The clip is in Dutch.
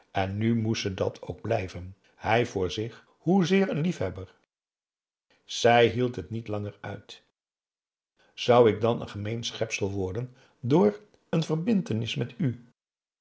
en nu moest ze dat ook blijven hij voor zich hoezeer een liefhebber zij hield het niet langer uit zou ik dan n gemeen schepsel worden door n verbintenis met u